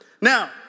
Now